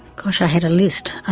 gosh i had a list.